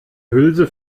hülse